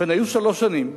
ובכן, היו שלוש שנים,